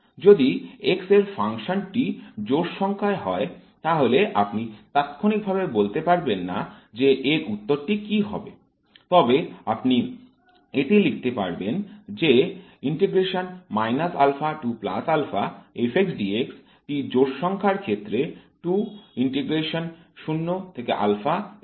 যদি x এর function টি জোড় সংখ্যায় হয় তাহলে আপনি তাৎক্ষণিকভাবে বলতে পারবেন না যে এর উত্তরটি কি হবে তবে আপনি এটি লিখতে পারবেন যে টি জোড় সংখ্যার ক্ষেত্রে হবে